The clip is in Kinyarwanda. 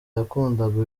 yakundaga